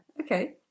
Okay